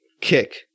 kick